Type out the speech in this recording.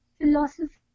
Philosophy